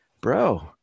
bro